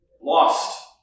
lost